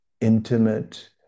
intimate